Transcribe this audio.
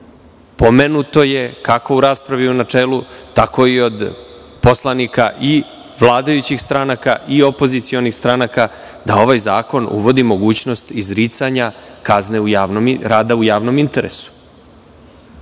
Pomenuto je, kako u raspravi u načelu, tako i od poslanika i vladajućih stranaka i opozicionih stranaka, da ovaj zakon uvodi mogućnost izricanja kazne rada u javnom interesu.